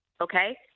Okay